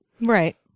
right